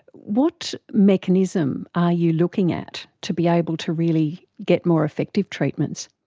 what mechanism are you looking at to be able to really get more effective treatments?